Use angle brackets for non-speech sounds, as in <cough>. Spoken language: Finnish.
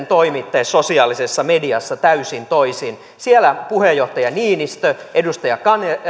<unintelligible> toimitte sosiaalisessa mediassa täysin toisin siellä puheenjohtaja niinistö ja edustaja